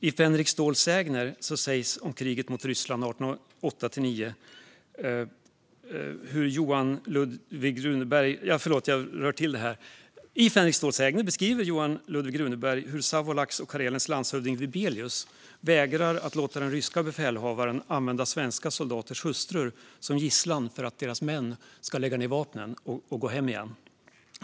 I Fänrik Ståls sägner beskriver Johan Ludvig Runeberg hur Savolax och Karelens landshövding Wibelius vägrar att låta den ryska befälhavaren använda svenska soldaters hustrur som gisslan för att deras män ska lägga ned vapnen och gå hem igen.